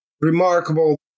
remarkable